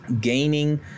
gaining